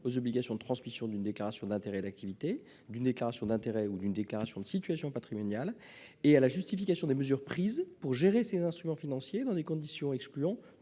aux obligations de transmission d'une déclaration d'intérêts et d'activités, d'une déclaration d'intérêts ou d'une déclaration de situation patrimoniale et à la justification des mesures prises pour gérer ces instruments financiers dans des conditions excluant